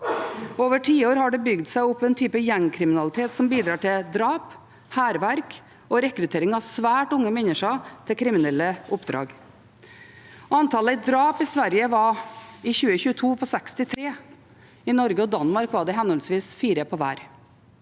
Over tiår har det bygd seg opp en type gjengkriminalitet som bidrar til drap, hærverk og rekruttering av svært unge mennesker til kriminelle oppdrag. Antallet drap i Sverige var i 2022 på 63. I Norge og Danmark var det henholdsvis fire på hver